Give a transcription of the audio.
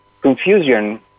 confusion